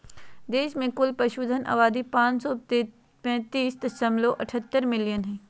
देश में कुल पशुधन आबादी पांच सौ पैतीस दशमलव अठहतर मिलियन हइ